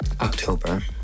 October